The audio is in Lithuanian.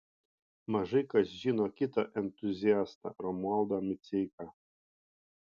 mažai kas žino kitą entuziastą romualdą miceiką